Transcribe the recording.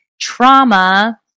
trauma